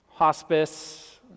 Hospice